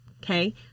Okay